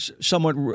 Somewhat